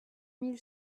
mille